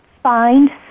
Find